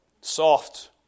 Soft